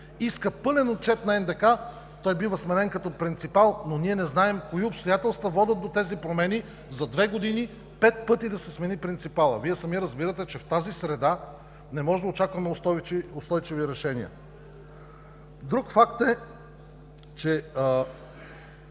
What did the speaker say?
иска пълен отчет на НДК, той бива сменен като принципал, но ние не знаем кои обстоятелства водят до тези промени – за две години пет пъти да се смени принципалът?! Вие сами разбирате, че в тази среда не можем да очакваме устойчиви решения. Друг факт е –